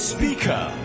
Speaker